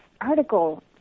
article